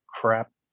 crap